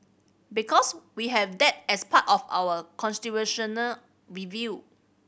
because we have that as part of our constitutional review